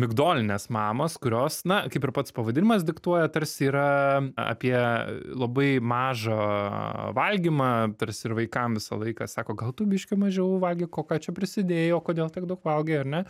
migdolinės mamos kurios na kaip ir pats pavadinimas diktuoja tarsi yra apie labai mažą valgymą tarsi ir vaikam visą laiką sako gal tu biški mažiau valgyk o ką čia prisidėjai o kodėl tiek daug valgai ar ne